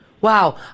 Wow